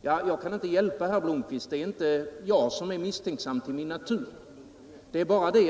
Det är inte jag som är misstänksam till min natur, herr Blomkvist.